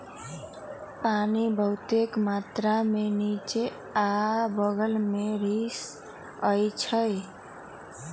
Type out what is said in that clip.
पानी बहुतेक मात्रा में निच्चे आ बगल में रिसअई छई